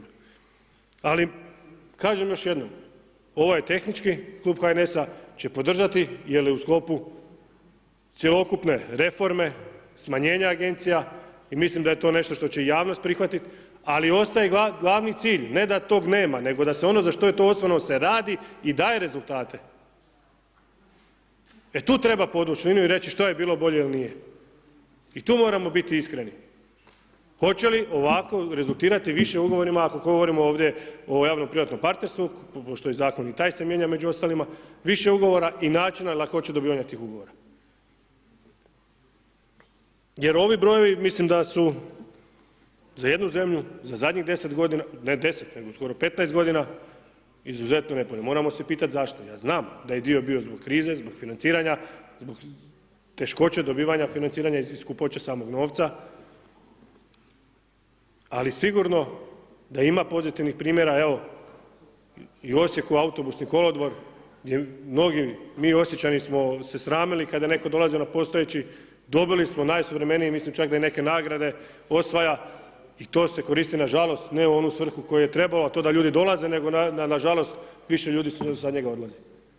Ali kažem još jednom, ovaj tehnički klub HNS-a će podržati jel je u sklopu cjelokupne reforme smanjenja agencija i mislim da je to nešto što će javnost prihvatiti, ali ostaje glavni cilj, ne da toga nema, nego da se ono za što je to osnovano se radi i daje rezultate, e tu treba podvući liniju i reći što je bilo bolje ili nije, i tu moramo biti iskreni, hoće li ovako rezultirati više Ugovorima ako govorimo ovdje o javno privatnom partnerstvu, što je Zakon, i taj se mijenja među ostalima, više Ugovora i načina lakoće dobivanja tih Ugovora, jer ovi brojevi mislim da su za jednu zemlju, za zadnjih 10 godina, ne 10, nego skoro 15 godina izuzetno nepovoljni, moramo se pitati zašto, ja znam da je dio bio zbog krize, zbog financiranja, zbog teškoće dobivanja financiranja i skupoće samog novca, ali sigurno da ima pozitivnih primjera, evo, i u Osijeku Autobusni kolodvor gdje mnogi, mi Osječani smo se sramili kada je netko dolazio na postojeći, dobili smo najsuvremeniji, mislim da čak i neke nagrade osvaja i to se koristi na žalost, ne u onu svrhu koju je trebao, to da ljudi dolaze, nego nažalost, više ljudi sa njega odlazi.